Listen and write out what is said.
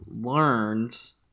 Learns